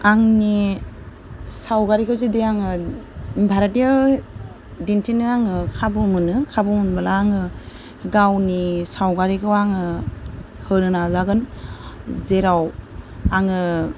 आंनि सावगारिखो जुदि आङो भारताव दिनथिनो आङो खाबु मोनोब्ला आङो गावनि सावगारिखौ आङो होनो नाजागोन जेराव आङो